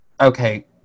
Okay